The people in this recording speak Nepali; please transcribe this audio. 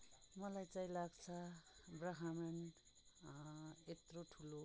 मलाई चाहिँ लाग्छ ब्राह्मण यत्रो ठुलो अब